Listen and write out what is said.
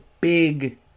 big